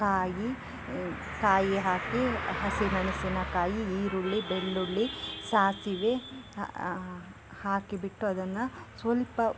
ಕಾಯಿ ಕಾಯಿ ಹಾಕಿ ಹಸಿಮೆಣಸಿನಕಾಯಿ ಈರುಳ್ಳಿ ಬೆಳ್ಳುಳ್ಳಿ ಸಾಸಿವೆ ಹಾಕಿ ಬಿಟ್ಟು ಅದನ್ನು ಸ್ವಲ್ಪ